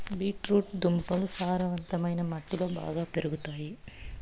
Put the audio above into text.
beet root దుంపలు సారవంతమైన మట్టిలో బాగా పెరుగుతాయి